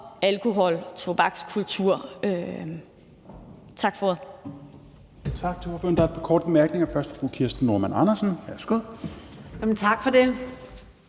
alkohol- og tobakskultur. Tak for ordet.